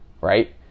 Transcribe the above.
Right